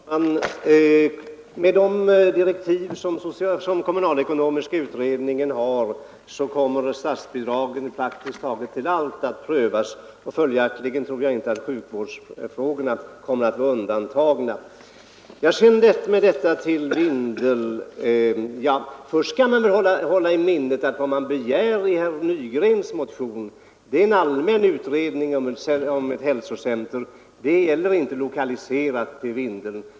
Herr talman! Med de direktiv som kommunalekonomiska utredningen har kommer den att pröva statsbidragen till praktiskt taget allt. Följaktligen tror jag inte att sjukvårdsfrågorna kommer att vara undantagna. Man skall hålla i minnet att vad herr Nygren begär i sin motion är en allmän utredning om hälsocentra, inte att ett sådant skall lokaliseras till Vindeln.